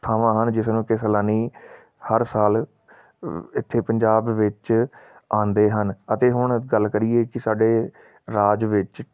ਥਾਵਾਂ ਹਨ ਜਿਸ ਨੂੰ ਕਿ ਸੈਲਾਨੀ ਹਰ ਸਾਲ ਇੱਥੇ ਪੰਜਾਬ ਵਿੱਚ ਆਉਂਦੇ ਹਨ ਅਤੇ ਹੁਣ ਗੱਲ ਕਰੀਏ ਕਿ ਸਾਡੇ ਰਾਜ ਵਿੱਚ